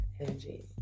energy